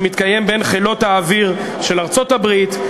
שמתקיים בין חילות האוויר של ארצות-הברית,